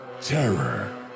Terror